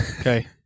Okay